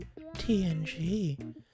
TNG